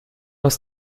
aus